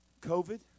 COVID